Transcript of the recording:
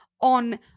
on